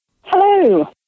Hello